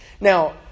Now